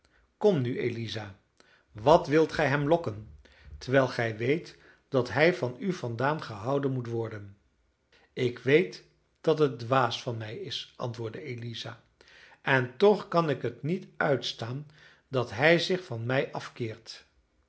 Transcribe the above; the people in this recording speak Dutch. kom nu eliza wat wilt gij hem lokken terwijl gij weet dat hij van u vandaan gehouden moet worden ik weet dat het dwaas van mij is antwoordde eliza en toch kan ik het niet uitstaan dat hij zich van mij afkeert